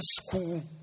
school